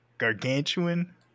gargantuan